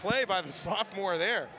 play by the sophomore the